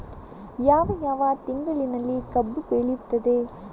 ಯಾವ ಯಾವ ತಿಂಗಳಿನಲ್ಲಿ ಕಬ್ಬು ಬೆಳೆಯುತ್ತದೆ?